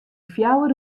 fjouwer